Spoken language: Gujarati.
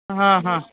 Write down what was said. હં હં